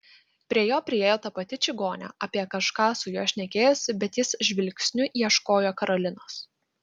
prie jo priėjo ta pati čigonė apie kažką su juo šnekėjosi bet jis žvilgsniu ieškojo karolinos